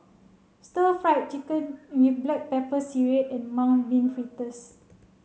Stir Fried Chicken with Black Pepper Sireh and Mung Bean Fritters